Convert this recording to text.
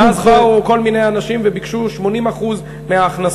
ואז באו כל מיני אנשים וביקשו 80% מההכנסות,